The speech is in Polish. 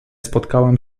spotkałam